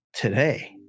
Today